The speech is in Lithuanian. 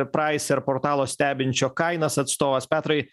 praiser portalo stebinčio kainas atstovas petrai